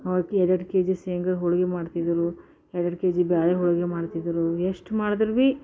ಅವಕ್ಕೆ ಎರಡೆರಡು ಕೆ ಜಿದು ಶೇಂಗ ಹೋಳ್ಗೆ ಮಾಡ್ತಿದ್ದರು ಎರಡೆರಡು ಕೆ ಜಿ ಬೇಳೆ ಹೋಳ್ಗೆ ಮಾಡ್ತಿದ್ದರು ಎಷ್ಟು ಮಾಡಿದ್ರೂ